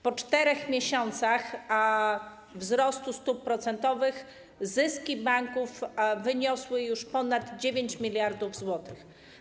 Po 4 miesiącach wzrostu stóp procentowych zyski banków wyniosły już ponad 9 mld zł.